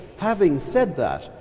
having said that,